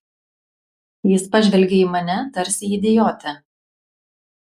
jis pažvelgė į mane tarsi į idiotę